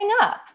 up